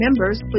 members